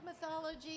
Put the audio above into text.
mythology